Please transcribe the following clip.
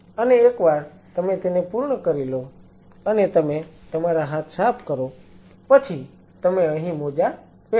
અને એકવાર તમે તેને પૂર્ણ કરી લો અને તમે તમારા હાથ સાફ કરો પછી તમે અહીં મોજા પહેરો